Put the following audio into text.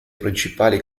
principali